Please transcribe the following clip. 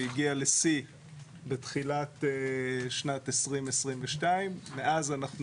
שהגיע לשיא בתחילת שנת 2022. מאז אנחנו